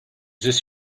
this